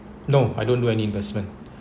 no I don't do any investment